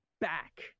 back